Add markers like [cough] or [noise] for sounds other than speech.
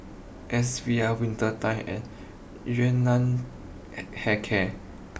S V R Winter time and Yun Nam [unintelligible] Hair care